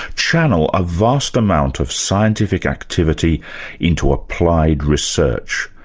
channel a vast amount of scientific activity into applied research.